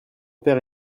père